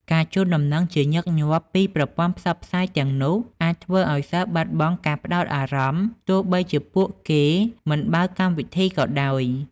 ការជូនដំណឹងជាញឹកញាប់ពីប្រព័ន្ធផ្សព្វផ្សាយទាំងនោះអាចធ្វើឱ្យសិស្សបាត់បង់ការផ្តោតអារម្មណ៍ ទោះបីជាពួកគេមិនបើកកម្មវិធីក៏ដោយ។